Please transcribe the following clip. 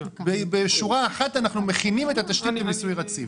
בשורה אחת אנחנו מכינים את התשתית למיסוי רציף.